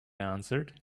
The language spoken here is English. answered